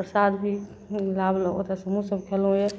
प्रसाद भी हम लाबलहुँ ओतयसँ हमहूँसभ खयलहुँ यए